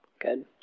Good